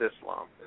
Islam